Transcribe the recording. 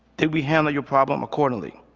did we handle your problem accordingly?